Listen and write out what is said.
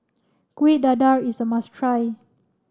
Kuih Dadar is a must try